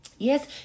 Yes